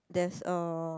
there's a